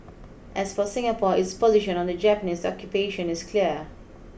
as for Singapore its position on the Japanese occupation is clear